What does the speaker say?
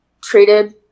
Treated